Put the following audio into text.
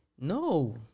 No